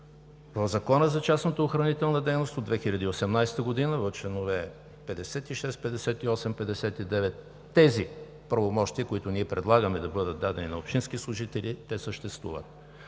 В Закона за частната охранителна дейност от 2018 г. – в чл. 56, 58 и 59, тези правомощия, които ние предлагаме да бъдат на общински служители, съществуват.